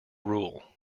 rule